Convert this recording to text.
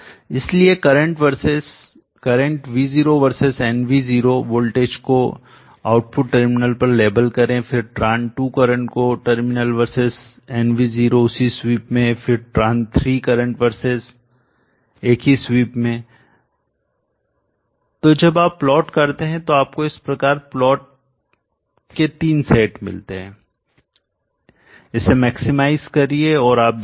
इसलिए current V0 versus nv0 voltage को output terminal पर लेबल करें फिर tram 2 करंट को टर्मिनल वर्सेस nv0 उसी स्वीप में फिर Tran 3 करंट वर्सेस एक ही स्वीप में तो जब आप प्लॉट करते हैं तो आपको इस प्रकार प्लॉट के तीन सेट मिलते हैं इससे मैक्सिमाइज करिए और आप देखेंगे